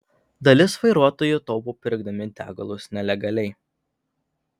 dalis vairuotojų taupo pirkdami degalus nelegaliai